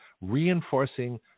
reinforcing